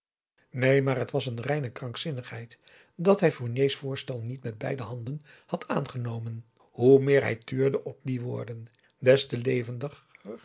neen maar t was reine krankzinnigheid dat hij fourniers voorstel niet met beide handen had aangenomen hoe meer hij tuurde op die woorden des te